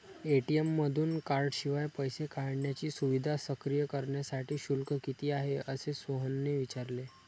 ATM मधून कार्डशिवाय पैसे काढण्याची सुविधा सक्रिय करण्यासाठी शुल्क किती आहे, असे सोहनने विचारले